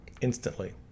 instantly